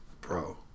bro